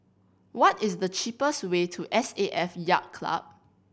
what is the cheapest way to S A F Yacht Club